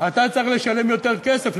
אתה צריך לשלם יותר כסף.